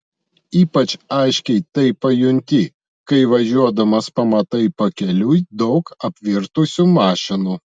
ypač aiškiai tai pajunti kai važiuodamas pamatai pakeliui daug apvirtusių mašinų